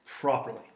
properly